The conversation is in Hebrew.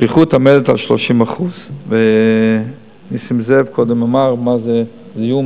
שכיחות העומדת על 30%. נסים זאב קודם אמר מה זה זיהום,